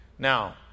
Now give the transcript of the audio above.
Now